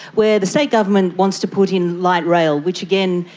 where the state government wants to put in a light rail which, again,